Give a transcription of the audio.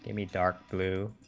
i mean dark blue